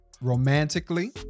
romantically